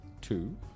two